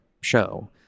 show